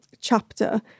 chapter